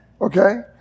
Okay